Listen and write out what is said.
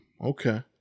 Okay